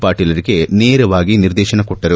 ಪಾಟೀಲ್ ರಿಗೆ ನೇರವಾಗಿ ನಿರ್ದೇಶನ ಕೊಟ್ಟರು